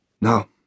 Now